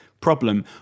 problem